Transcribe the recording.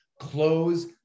close